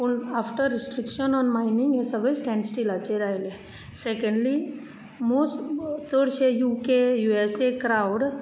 पूण after restriction on mining हे सगळे स्टेन्ड स्टीलाचेर आयले सेकेन्डली मोस्ट चडशे U K U S A करावर्ड